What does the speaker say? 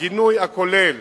הגינוי הכולל